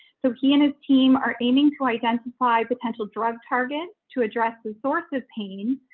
so he and his team are aiming to identify potential drug targets to address the source of pain,